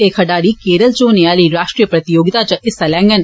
एह् खडारी केरल च होने आली राष्ट्रीय प्रतियोगिता च हिस्सा लैंगन